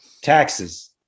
Taxes